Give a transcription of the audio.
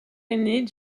aîné